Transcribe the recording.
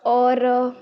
और